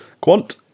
quant